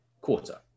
quarter